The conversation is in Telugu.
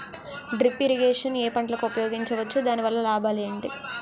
డ్రిప్ ఇరిగేషన్ ఏ పంటలకు ఉపయోగించవచ్చు? దాని వల్ల లాభాలు ఏంటి?